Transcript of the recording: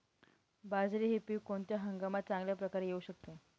बाजरी हे पीक कोणत्या हंगामात चांगल्या प्रकारे येऊ शकते?